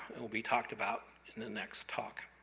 it'll be talked about in the next talk.